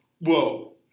Whoa